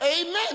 amen